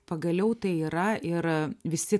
pagaliau tai yra ir visi